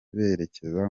berekeza